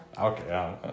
Okay